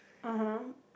(uh huh)